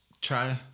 try